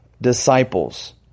disciples